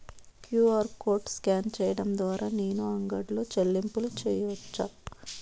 QR code scan సేయడం ద్వారా నేను అంగడి లో చెల్లింపులు సేయొచ్చా?